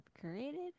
created